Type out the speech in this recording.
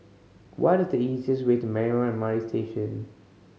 what is the easiest way to Marymount M R T Station